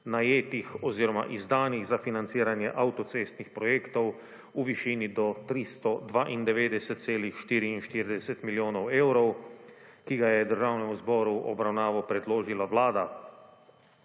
oziroma izdanih za financiranje avtocestnih projektov v višini do 392,44 milijonov evrov, ki ga je Državnemu zboru v obravnavo predložila Vlada.